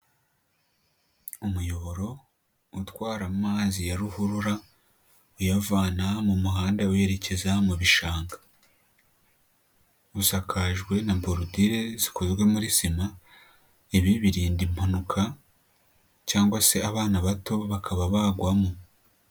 Imuyoboro utwara amazi ya ruhurura, uyavana mu muhanda werekeza mu bishanga. Usakajwe na borodire zikozwe muri sima, ibi birinda impanuka, cyangwa se abana bato bakaba bagwamo.